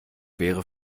wäre